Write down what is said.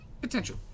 potential